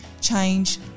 change